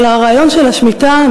אבל הרעיון של השמיטה,